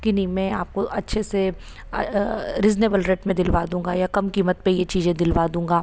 कि नहीं मैं आपको अच्छे से रीज़नेबल रेट में दिलवा दूंगा या कम कीमत पे ये चीज़ें दिलवा दूंगा